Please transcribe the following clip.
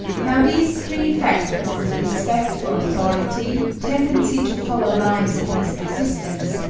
now these three factors respect for authority, tendency to follow lines of least resistance,